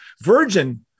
Virgin